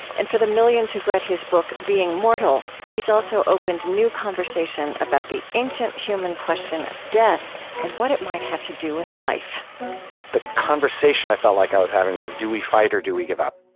and for the millions who have read his book being mortal, he's also opened new conversation about the ancient human question of death and what it might have to do with life the conversation i felt like i was having was, do we fight, or do we give up?